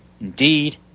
Indeed